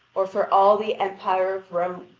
or for all the empire of rome.